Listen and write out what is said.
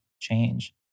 change